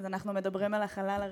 אנחנו מדברים אל החלל הריק,